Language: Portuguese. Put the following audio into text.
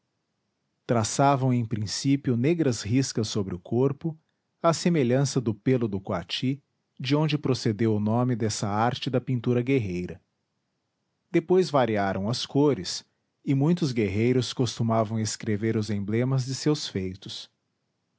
nação traçavam em princípio negras riscas sobre o corpo à semelhança do pêlo do coati de onde procedeu o nome dessa arte da pintura guerreira depois variaram as cores e muitos guerreiros costumavam escrever os emblemas de seus feitos